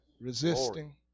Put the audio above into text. Resisting